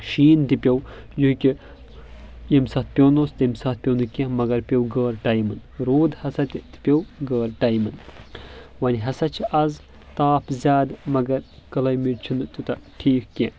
شین تہِ پیٚو یہکہِ ییٚمہِ ساتہٕ پیوٚن اوس تیٚمہِ ساتہٕ پیٚو نہٕ کینٛہہ مگر پیو غٲر ٹایمہٕ روٗد ہسا تہِ پیٚو غٲر ٹایمہٕ وۄنۍ ہسا چھِ آز تاپھ زیادٕ مگر کلیمیٹ چھُنہٕ تیوٗتاہ ٹھیک کینٛہہ